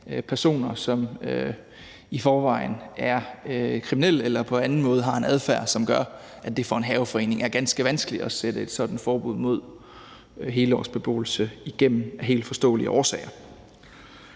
personer, som i forvejen er kriminelle eller på anden måde har en adfærd, som gør, at det for en haveforening er ganske vanskeligt at sætte et sådant forbud mod helårsbeboelse igennem, af helt uforståelige årsager.